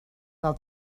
del